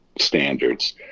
standards